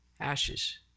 ashes